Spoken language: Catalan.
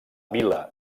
vila